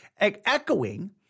echoing